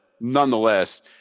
nonetheless